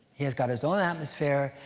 he has got his own atmosphere,